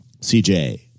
CJ